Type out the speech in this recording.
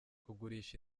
kugurisha